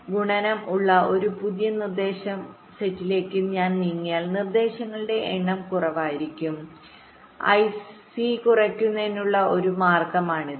ഗുണനം ഉള്ള ഒരു പുതിയ നിർദ്ദേശ സെറ്റിലേക്ക് ഞാൻ നീങ്ങിയാൽ നിർദ്ദേശങ്ങളുടെ എണ്ണം കുറവായിരിക്കും ഐസി കുറയ്ക്കുന്നതിനുള്ള ഒരു മാർഗമാണിത്